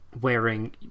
wearing